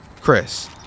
Chris